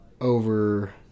over